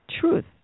truth